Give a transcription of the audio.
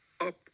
up